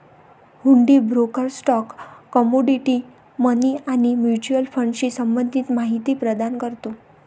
हुंडी broker stock, commodity, money आणि mutual फंडाशी संबंधित माहिती प्रदान करतो